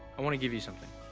i want to give you something.